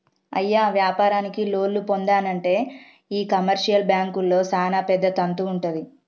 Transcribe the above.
అయ్య వ్యాపారానికి లోన్లు పొందానంటే ఈ కమర్షియల్ బాంకుల్లో సానా పెద్ద తంతు వుంటది